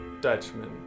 Dutchman